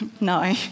No